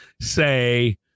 say